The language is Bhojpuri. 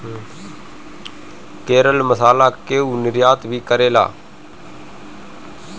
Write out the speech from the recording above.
केरल मसाला कअ निर्यात भी करेला